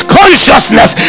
consciousness